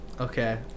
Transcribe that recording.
Okay